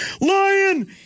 lion